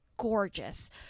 Gorgeous